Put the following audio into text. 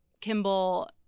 Kimball